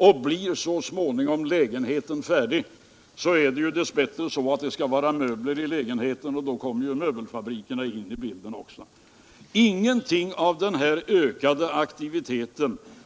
När lägenheterna så småningom blir färdiga behövs det dess bättre också möbler till dem, och då kommer också möbelindustrin in i bilden. Ingenting av denna ökade aktivitet